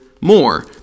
more